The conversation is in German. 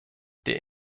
der